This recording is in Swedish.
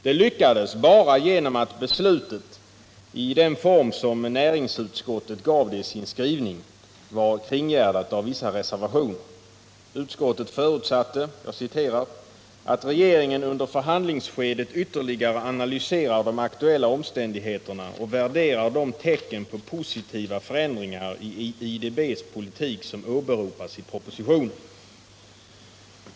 Det lyckades bara genom att beslutet i den form som näringsutskottet gav det i sin skrivning var kringgärdat av vissa reservationer. Utskottet förutsatte ”att regeringen under förhandlingsskedet ytterligare analyserar de aktuella omständigheterna och värderar de tecken på positiva förändringar i IDB:s politik som åberopas i propositionen”.